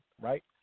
right